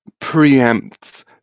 preempts